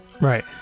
Right